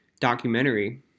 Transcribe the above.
documentary